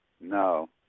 No